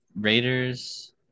Raiders